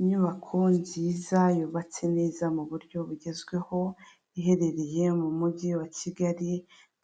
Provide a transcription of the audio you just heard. Inyubako nziza yubatse neza mu buryo bugezweho, iherereye mu mujyi wa Kigali,